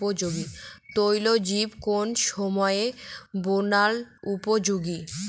তৈলবীজ কোন সময়ে বোনার উপযোগী?